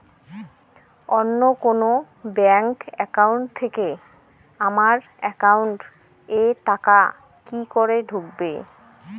অন্য কোনো bank account থেকে আমার একাউন্ট এ টাকা কি করে ঢুকবে?